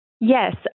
Yes